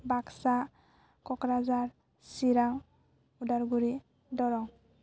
Baksa Kokrajhar Chirang Udalguri Darrang